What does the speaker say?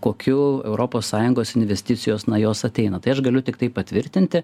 kokiu europos sąjungos investicijos na jos ateina tai aš galiu tiktai patvirtinti